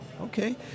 Okay